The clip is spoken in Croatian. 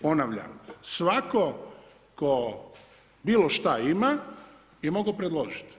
Ponavljam svatko tko bilo šta ima je mogao predložiti.